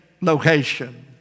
location